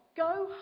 Go